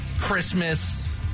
Christmas